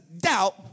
doubt